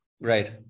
Right